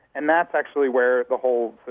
and that's actually where the whole but